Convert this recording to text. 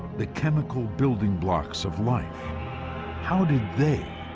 the chemical building blocks of life how did they,